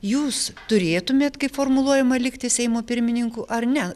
jūs turėtumėt kaip formuluojama likti seimo pirmininku ar ne